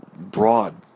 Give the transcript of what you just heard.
Broad